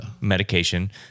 medication